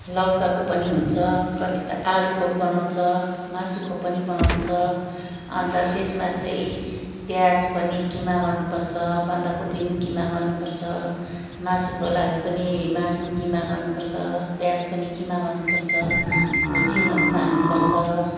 लौकाको पनि हुन्छ कति त आलुको पनि बनाउँछ मासुको पनि बनाउँछ अन्त त्यसमा चाहिँ प्याज पनि किमा गर्नुपर्छ बन्दाकोपी नि किमा गर्नुपर्छ मासुको लागि पनि मासु पनि किमा गर्नुपर्छ प्याज पनि किमा गर्नुपर्छ हुचिङहरू पनि हाल्नुपर्छ